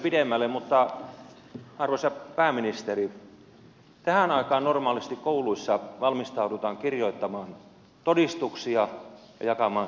arvoisa pääministeri tähän aikaan normaalisti kouluissa valmistaudutaan kirjoittamaan todistuksia ja jakamaan stipendejä